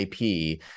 IP